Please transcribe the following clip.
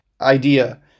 idea